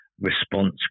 response